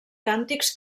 càntics